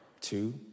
Two